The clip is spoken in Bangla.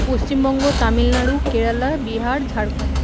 পশ্চিমবঙ্গ তামিলনাড়ু কেরালা বিহার ঝাড়খন্ড